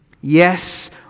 Yes